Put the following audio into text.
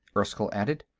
erskyll added.